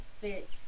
fit